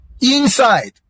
inside